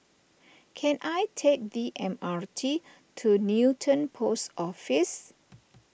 can I take the M R T to Newton Post Office